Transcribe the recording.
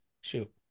Shoot